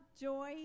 joy